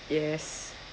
yes